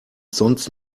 sonst